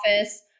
office